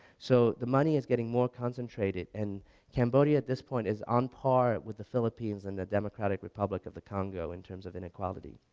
so the money is getting more concentrated concentrated and cambodia at this point is on par with the philipines and the democratic republic of the congo in terms of inequality,